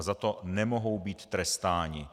Za to nemohou být trestání.